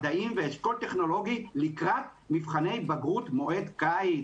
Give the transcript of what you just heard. מדעים ואשכול טכנולוגי לקראת מבחני בגרות מועד קיץ,